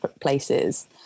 places